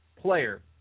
player